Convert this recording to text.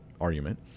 argument